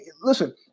listen